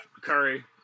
curry